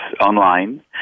online